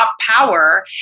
power